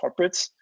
corporates